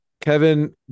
Kevin